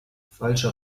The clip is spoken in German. falscher